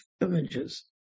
images